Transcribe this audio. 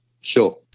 Sure